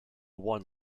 won